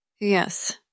Yes